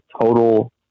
total